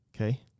Okay